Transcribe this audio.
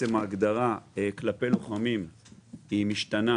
ההגדרה כלפי לוחמים משתנה.